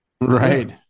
Right